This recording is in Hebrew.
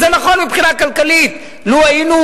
זה נכון מבחינה כלכלית לו היינו,